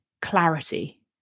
clarity